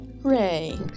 Ray